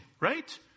right